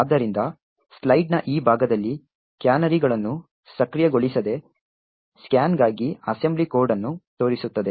ಆದ್ದರಿಂದ ಸ್ಲೈಡ್ನ ಈ ಭಾಗದಲ್ಲಿ ಕ್ಯಾನರಿಗಳನ್ನು ಸಕ್ರಿಯಗೊಳಿಸದೆ ಸ್ಕ್ಯಾನ್ಗಾಗಿ ಅಸೆಂಬ್ಲಿ ಕೋಡ್ ಅನ್ನು ತೋರಿಸುತ್ತದೆ